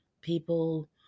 People